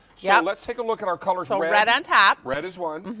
yeah let's take a look at our colors. ah red on top. red is one.